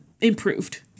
improved